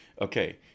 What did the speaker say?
Okay